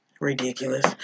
ridiculous